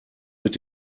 mit